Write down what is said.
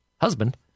husband